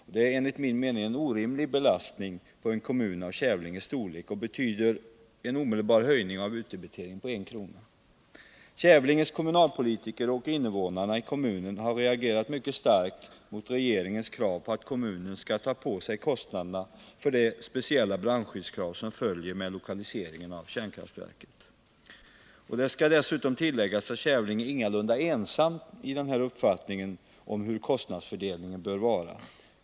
Det innebär enligt min mening en orimlig belastning för en kommun av Kävlinges storlek, och det medför en omedelbar höjning av utdebiteringen med 1 kr. Kävlinges kommunalpolitiker och invånarna i kommunen har reagerat mycket starkt mot regeringens krav på att kommunen skall ta på sig kostnaderna för att uppfylla de brandskyddskrav som följer med lokalise ringen av kärnkraftverket till området. Det bör också tilläggas att Kävlinge Nr 53 kommun ingalunda är ensam om sin uppfattning i fråga om kostnadsfördel Fredagen den ningen.